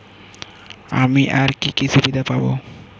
আমি আর কি কি সুবিধা পাব?